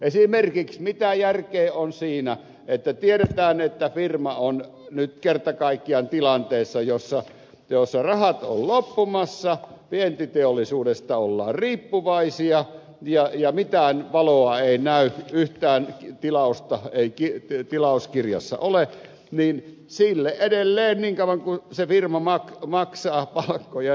esimerkiksi mitä järkeä on siinä että kun tiedetään firman olevan nyt kerta kaikkiaan tilanteessa jossa rahat ovat loppumassa vientiteollisuudesta ollaan riippuvaisia mitään valoa ei näy ja yhtään tilausta ei tilauskirjassa ole niin sille edelleen kohdistetaan työnantajamaksuhelpotuksia niin kauan kuin firma maksaa palkkoja